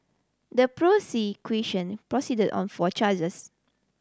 the prosecution proceeded on four charges